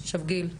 גיל,